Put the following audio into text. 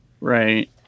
Right